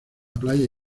playa